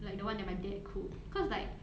like the one that my dad cook cause like